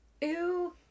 ew